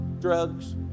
drugs